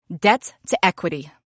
debt-to-equity